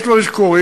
יש דברים שקורים.